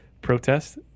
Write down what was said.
protest